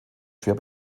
schwer